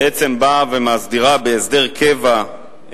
בעצם באה ומסדירה בהסדר קבע,